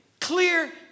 clear